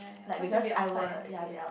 ya cause you will be outside anyway